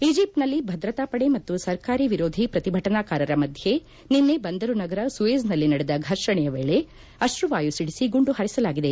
ಈಜಿಪ್ಟ್ನಲ್ಲಿ ಭದ್ರತಾ ಪಡೆ ಮತ್ತು ಸರ್ಕಾರಿ ವಿರೋಧಿ ಪ್ರತಿಭಟನಕಾರರ ಮಧ್ಯೆ ನಿನ್ನೆ ಬಂದರು ನಗರ ಸುಯೆಜ್ನಲ್ಲಿ ನಡೆದ ಫರ್ಷಣೆಯ ವೇಳೆ ಅಶ್ರುವಾಯು ಸಿದಿಸಿ ಗುಂಡು ಹಾರಿಸಲಾಗಿದೆ